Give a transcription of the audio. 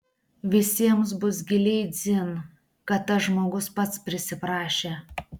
visiems bus giliai dzin kad tas žmogus pats prisiprašė